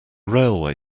railway